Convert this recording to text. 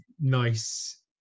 nice